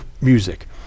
music